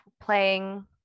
playing